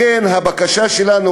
לכן הבקשה שלנו,